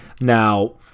Now